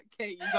okay